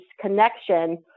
connection